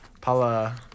Paula